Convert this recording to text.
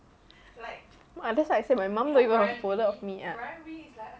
that's why I say my mum don't even have a folder of me ah